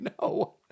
No